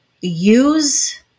use